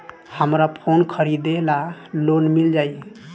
हमरा फोन खरीदे ला लोन मिल जायी?